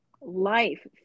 life